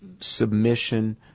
Submission